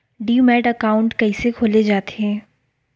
Demat account कइसे खोले जाथे?